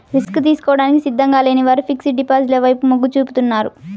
risk తీసుకోవడానికి సిద్ధంగా లేని వారు ఫిక్స్డ్ డిపాజిట్ల వైపు మొగ్గు చూపుతున్నారు